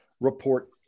report